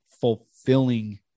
fulfilling